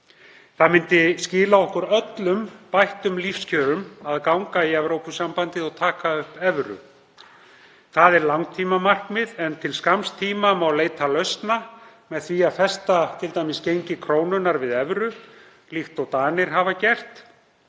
Það myndi skila okkur öllum bættum lífskjörum að ganga í Evrópusambandið og taka upp evru. Það er langtímamarkmið en til skamms tíma má leita lausna með því að festa t.d. gengi krónunnar við evru líkt og Danir hafa gert.